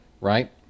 right